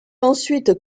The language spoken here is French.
ensuite